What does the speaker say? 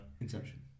Inception